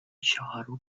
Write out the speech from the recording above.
чыгару